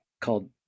called